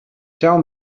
tell